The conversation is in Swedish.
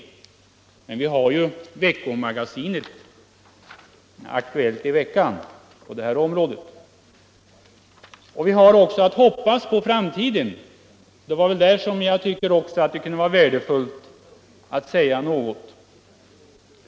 Men vi har ju programmet Aktuellt i veckan. Man kan också hoppas på framtiden, och där tycker jag att det kan — Nr 33 vara på sin plats att säga några ord ytterligare.